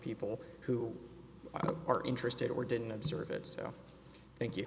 people who are interested or didn't observe it so thank you